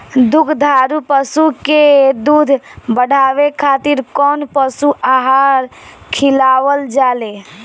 दुग्धारू पशु के दुध बढ़ावे खातिर कौन पशु आहार खिलावल जाले?